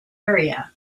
area